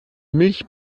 milch